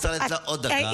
צריך לתת לה עוד דקה.